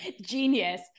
Genius